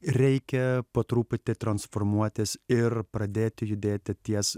reikia po truputį transformuotis ir pradėti judėti ties